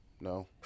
No